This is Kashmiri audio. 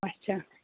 اَچھا